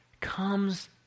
comes